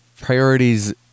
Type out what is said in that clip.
priorities